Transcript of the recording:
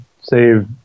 save